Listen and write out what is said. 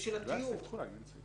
בשביל התיוג.